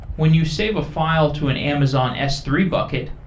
when you save a file to an amazon s three bucket,